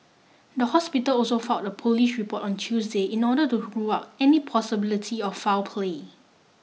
the hospital also filed a police report on Tuesday in order to rule out any possibility of foul play